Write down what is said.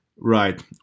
Right